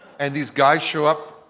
and these guys show up,